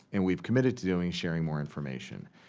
and we've committed to doing, share more information.